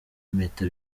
impeta